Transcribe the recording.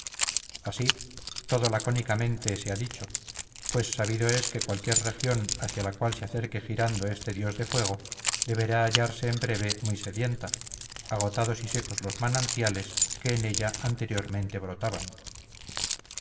así todo lacónicamente se ha dicho pues sabido es que cualquier región hacia la cual se acerque girando este dios de fuego deberá hallarse en breve muy sedienta agotados y secos los manantiales que en ella anteriormente brotaban